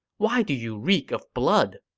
why do you reek of blood?